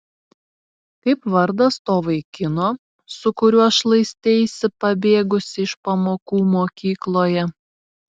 kaip vardas to vaikino su kuriuo šlaisteisi pabėgusi iš pamokų mokykloje